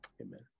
amen